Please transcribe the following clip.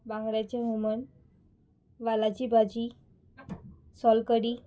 बांगड्याचें हुमण वालाची भाजी सोलकडी